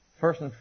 First